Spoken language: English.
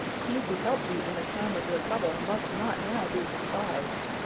he who helped you in the time of your trouble, must not now be despised!